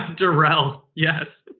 de'rell, yes,